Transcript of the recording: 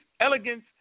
elegance